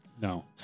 No